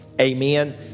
amen